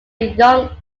young